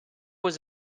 was